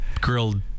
Grilled